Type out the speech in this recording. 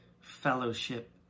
fellowship